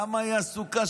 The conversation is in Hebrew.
למה היא עסוקה?